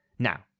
Now